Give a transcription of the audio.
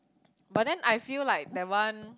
but then I feel like that one